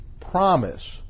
promise